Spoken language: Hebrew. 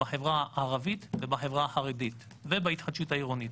בחברה הערבית ובחברה החרדית ובהתחדשות העירונית.